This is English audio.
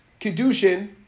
Kedushin